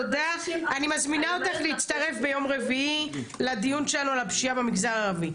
אני מזמינה אותך להצטרף ביום רביעי לדיון שלנו על הפשיעה במגזר הערבי.